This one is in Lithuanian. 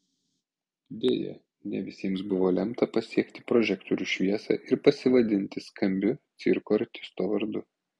deja ne visiems buvo lemta pasiekti prožektorių šviesą ir pasivadinti skambiu cirko artisto vardu